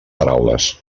paraules